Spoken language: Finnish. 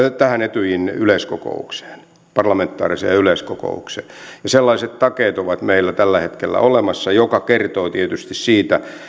tähän etyjin yleiskokoukseen parlamentaariseen yleiskokoukseen ja sellaiset takeet ovat meillä tällä hetkellä olemassa mikä kertoo tietysti siitä